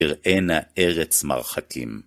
אראנה ארץ מרחקים